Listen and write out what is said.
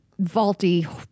vaulty